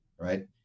right